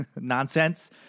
nonsense